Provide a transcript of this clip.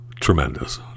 tremendous